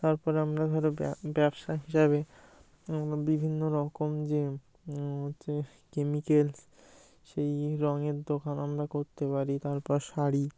তারপর আমরা ধরো ব্য ব্যবসা হিসাবে আমরা বিভিন্ন রকম যে হচ্ছে কেমিক্যালস সেই রঙের দোকান আমরা করতে পারি তারপর শাড়ি